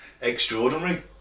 Extraordinary